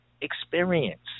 experience